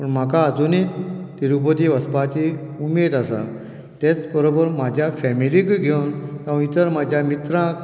पूण म्हाका आजुनूय तिरुपती वचपाची उमेद आसा तेच बरोबर म्हाज्या फॅमिलीकूय घेवन तर म्हज्या मित्रांक